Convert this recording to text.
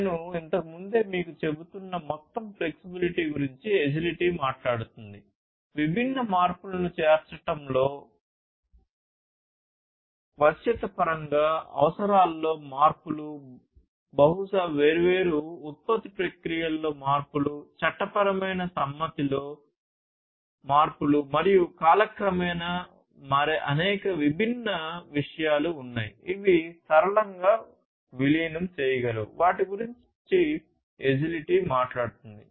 నేను ఇంతకు ముందే మీకు చెబుతున్న మొత్తం flexibility గురించి Agility మాట్లాడుతుంది విభిన్న మార్పులను చేర్చడంలో వశ్యత పరంగా అవసరాలలో మార్పులు బహుశా వేర్వేరు ఉత్పత్తి ప్రక్రియలలో మార్పులు చట్టపరమైన సమ్మతిలో మార్పులు మరియు కాలక్రమేణా మారే అనేక విభిన్న విషయాలు ఉన్నాయి ఇవి సరళంగా విలీనం చేయగలవు వాటిని గురించి Agility మాట్లాడుతుంది